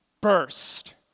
burst